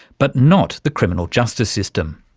but not the criminal justice system.